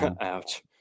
Ouch